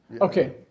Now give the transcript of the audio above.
Okay